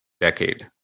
decade